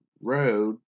road